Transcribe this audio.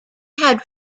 had